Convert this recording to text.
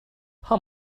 how